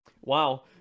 Wow